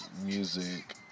music